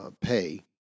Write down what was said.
pay